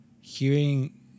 Hearing